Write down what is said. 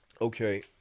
Okay